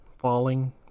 falling